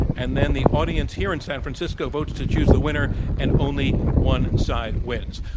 and then the audience here in san francisco votes to choose the winner and only one side wins.